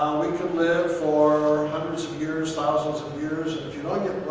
we could live for hundreds of years, thousands of years, and if you don't get